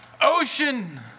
Ocean